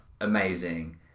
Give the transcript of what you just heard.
Amazing